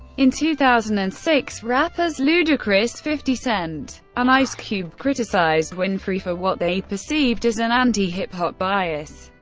in two thousand and six, rappers ludacris, fifty cent and ice cube criticized winfrey for what they perceived as an anti-hip hop bias.